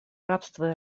рабства